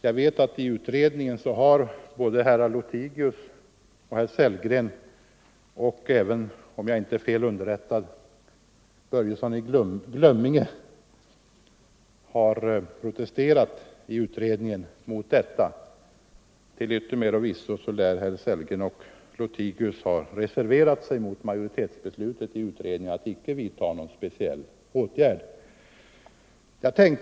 Jag vet att både herr Lothigius och herr Sellgren och — om jag inte är fel underrättad — även herr Börjesson i Glömminge har protesterat i utredningen mot detta. Till yttermera visso lär herrar Sellgren och Lothigius ha reserverat sig mot majoritetsbeslutet i utredningen att icke vidta någon speciell åtgärd.